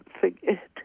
forget